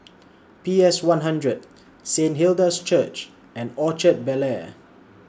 P S one hundred Saint Hilda's Church and Orchard Bel Air